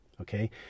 okay